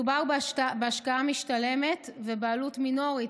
מדובר בהשקעה משתלמת ובעלות מינורית